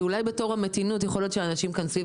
כי אולי בתור המתינות יכול להיות שאנשים כאן סביב